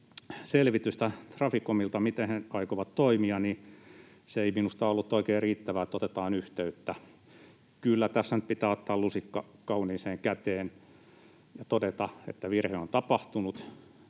selvitystä Traficomilta, miten he aikovat toimia, niin se ei minusta ollut oikein riittävää, että otetaan yhteyttä. Kyllä tässä nyt pitää ottaa lusikka kauniiseen käteen ja todeta, että virhe on tapahtunut